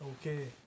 Okay